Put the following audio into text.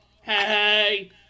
Hey